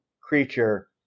creature